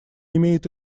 имеет